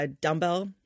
dumbbell